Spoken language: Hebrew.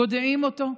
גודעים אותו.